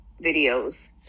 videos